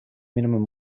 minimum